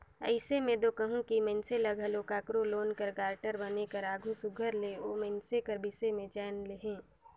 अइसे में में दो कहूं कि मइनसे ल घलो काकरो लोन कर गारंटर बने कर आघु सुग्घर ले ओ मइनसे कर बिसे में जाएन लेहे